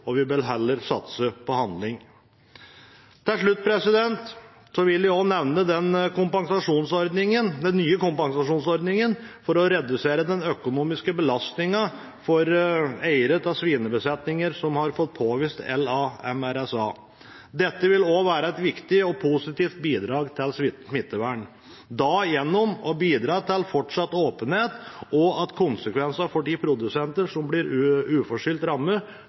og vi bør heller satse på handling. Til slutt vil jeg nevne den nye kompensasjonsordningen for å redusere den økonomiske belastningen for eiere av svinebesetninger som har fått påvist LA-MRSA. Dette vil være et viktig og positivt bidrag til smittevern som vil bidra til fortsatt åpenhet og til at konsekvensene for de produsenter som uforskyldt blir